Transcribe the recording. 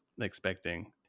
expecting